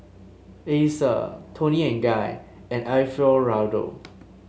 Acer Toni and Guy and Alfio Raldo